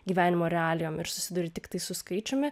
gyvenimo realijom ir susiduri tiktai su skaičiumi